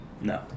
no